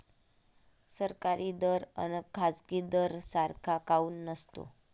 सरकारी दर अन खाजगी दर सारखा काऊन नसतो?